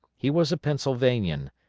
he was a pennsylvanian,